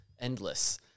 endless